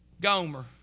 Gomer